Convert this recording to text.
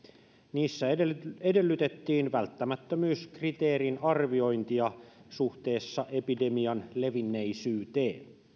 niissä edellytettiin edellytettiin välttämättömyyskriteerin arviointia suhteessa epidemian levinneisyyteen